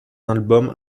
album